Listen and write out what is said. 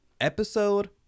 episode